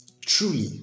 truly